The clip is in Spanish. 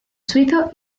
suizo